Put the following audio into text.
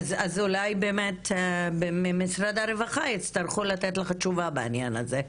אז אולי ממשרד הרווחה יצטרכו לתת לך תשובה בעניין הזה,